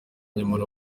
nyamara